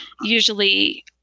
usually